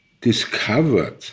discovered